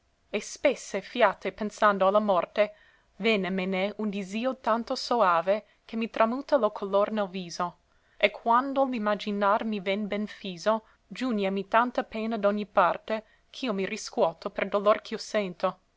e spesse fiate pensando a la morte vènemene un disio tanto soave che mi tramuta lo color nel viso e quando l maginar mi ven ben fiso giùgnemi tanta pena d'ogne parte ch'io mi riscuoto per dolor ch'i sento